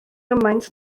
gymaint